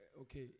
okay